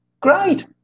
Great